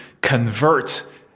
convert